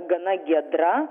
gana giedra